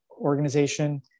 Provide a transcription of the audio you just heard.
organization